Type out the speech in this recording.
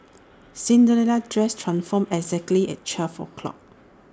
Cinderella's dress transformed exactly at twelve o'clock